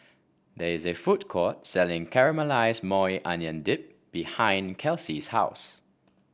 there is a food court selling Caramelized Maui Onion Dip behind Kelsey's house